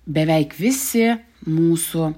beveik visi mūsų